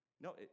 no